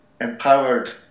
empowered